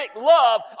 love